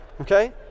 Okay